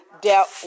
dealt